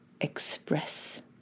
express